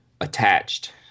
attached